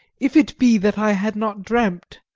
if it be that i had not dreamt,